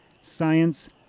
Science